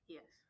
Yes